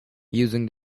using